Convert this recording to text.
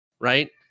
right